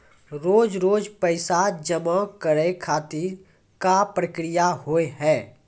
रोज रोज पैसा जमा करे खातिर का प्रक्रिया होव हेय?